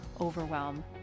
overwhelm